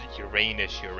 Uranus